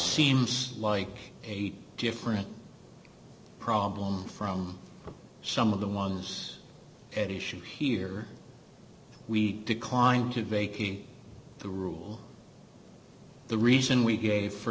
seems like a different problem from some of the mongers at issue here we declined to vacate the rule the reason we gave for